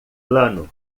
plano